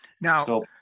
Now